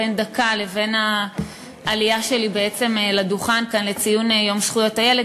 לבין העלייה שלי לדוכן כאן לציון יום זכויות הילד,